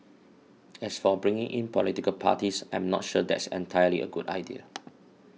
as for bringing in political parties I'm not sure that's entirely a good idea